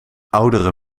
oudere